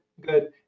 good